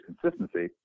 consistency